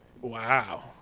Wow